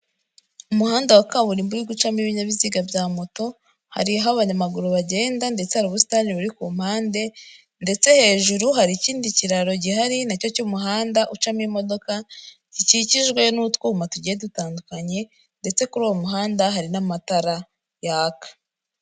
Umuhanda wa kaburimbo uri gucamo ibinyabiziga bya moto, hari aho abanyamaguru bagenda ndetse hari ubusitani buri ku mpande ndetse hejuru hari ikindi kiraro gihari nacyo cy'umuhanda ucamo imodoka gikikijwe n'utwuma tugiye dutandukanye ndetse kuri uwo muhanda hari n'amatara yaka.